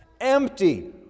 empty